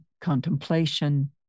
contemplation